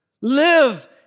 Live